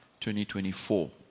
2024